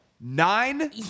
nine